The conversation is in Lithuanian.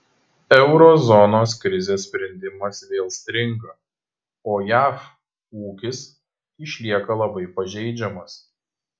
euro zonos krizės sprendimas vėl stringa o jav ūkis išlieka labai pažeidžiamas